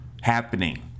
happening